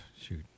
shoot